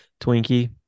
Twinkie